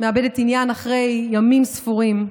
מאבדת עניין אחרי ימים ספורים,